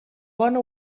bona